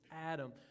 Adam